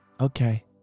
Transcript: Okay